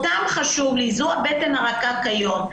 הם חשובים לי, זאת הבטן הרכה כיום.